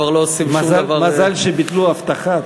מזל שביטלו את האבטחה.